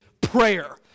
prayer